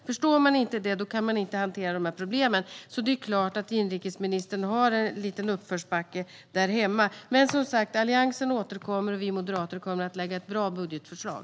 Förstår man inte det kan man inte hantera de här problemen, så det är klart att inrikesministern har en liten uppförsbacke där hemma. Som sagt: Alliansen återkommer, och vi moderater kommer att lägga fram ett bra budgetförslag.